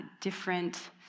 different